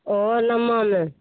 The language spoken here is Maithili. ओहो नओमामे